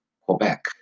Quebec